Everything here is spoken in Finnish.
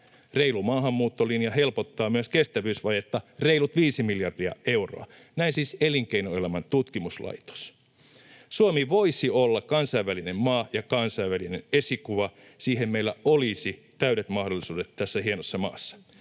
Reilu maahanmuuttolinja helpottaa myös kestävyysvajetta reilut viisi miljardia euroa. Näin siis Elinkeinoelämän tutkimuslaitos. Suomi voisi olla kansainvälinen maa ja kansainvälinen esikuva, siihen meillä olisi täydet mahdollisuudet tässä hienossa maassa.